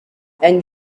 and